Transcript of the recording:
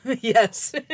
yes